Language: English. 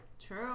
True